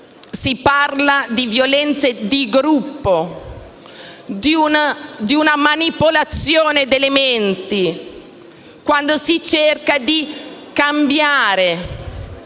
si parla di violenze di gruppo, di una manipolazione delle menti avvenuta cercando di cambiare